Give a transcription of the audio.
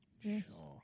Yes